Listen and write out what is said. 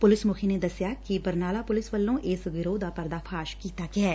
police ਮੁਖੀ ਨੇ ਦਸਿਆ ਕਿ ਬਰਨਾਲਾ ਪੁਲਿਸ ਵੱਲੋਂ ਇਸ ਗਿਰੋਹ ਦਾ ਪਰਦਾ ਫ਼ਾਸ ਕੀਤਾ ਗਿਐ